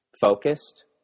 focused